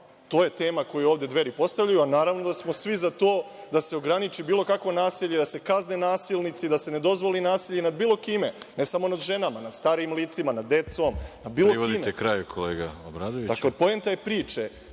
To je tema koju Dveri ovde postavljaju, a naravno da smo svi za to da se ograniči bilo kakvo nasilje, da se kazne nasilnici, da se ne dozvoli nasilje nad bilo kim, ne samo nad ženama, nad starijim licima, nad decom, nad bilo kime. Dakle, poenta je priče,